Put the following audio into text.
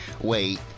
Wait